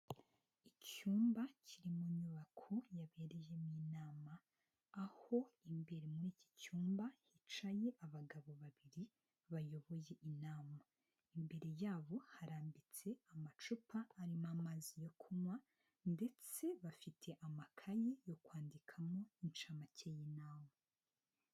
Icyumba kiri mu nyubako yabereyemo inama, aho imbere muri iki cyumba hicaye abagabo babiri bayoboye inama, imbere yabo harambitse amacupa arimo amazi yo kunywa ndetse bafite amakayi yo kwandikamo inshamake y'inama.